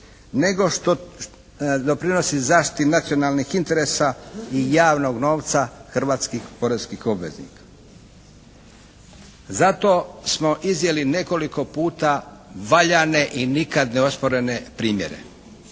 nego što doprinosi zaštiti nacionalnih interesa i javnog novca hrvatskih poreznih obveznika. Zato smo iznijeli nekoliko puta valjane i nikad ne osporene primjere.